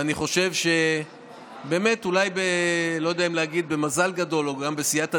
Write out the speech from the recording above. אני לא יודע אם להגיד במזל גדול או גם בסייעתא